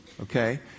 okay